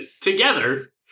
together